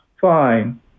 fine